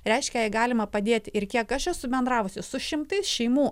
reiškia jai galima padėti ir kiek aš esu bendravusi su šimtais šeimų